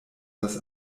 das